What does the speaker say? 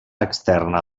externa